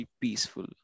peaceful